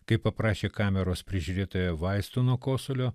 kai paprašė kameros prižiūrėtojo vaistų nuo kosulio